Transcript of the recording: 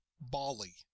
Bali